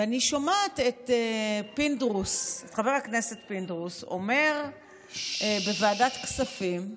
ואני שומעת את חבר הכנסת פינדרוס אומר בוועדת הכספים,